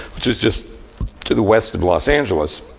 which is just to the west of los angeles.